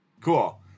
Cool